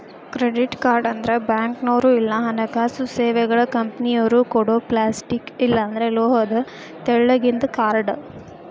credit card ಅಂದ್ರ ಬ್ಯಾಂಕ್ನೋರ್ ಇಲ್ಲಾ ಹಣಕಾಸು ಸೇವೆಗಳ ಕಂಪನಿಯೊರ ಕೊಡೊ ಪ್ಲಾಸ್ಟಿಕ್ ಇಲ್ಲಾಂದ್ರ ಲೋಹದ ತೆಳ್ಳಗಿಂದ ಕಾರ್ಡ್